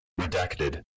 Redacted